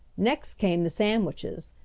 next came the sandwiches,